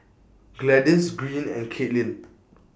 Gladis Greene and Caitlynn